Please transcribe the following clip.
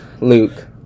Luke